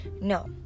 No